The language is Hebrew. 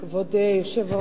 כבוד היושב-ראש,